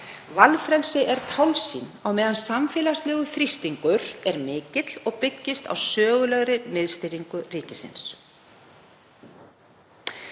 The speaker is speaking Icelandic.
Valfrelsi er tálsýn á meðan samfélagslegur þrýstingur er mikill og byggist á sögulegri miðstýringu ríkisins.